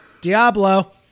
Diablo